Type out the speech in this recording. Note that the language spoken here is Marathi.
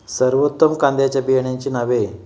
सर्वोत्तम कांद्यांच्या बियाण्यांची नावे?